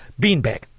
beanbag